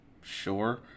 Sure